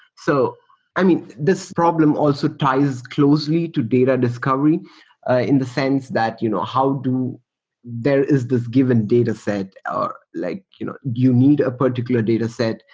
so i mean, this problem also ties closely to data discovery ah in the sense that you know how do there is this given dataset or like you need a particular dataset.